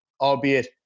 albeit